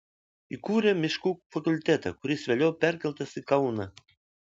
įkūrė miškų fakultetą kuris vėliau perkeltas į kauną